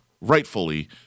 rightfully